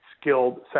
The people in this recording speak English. skilled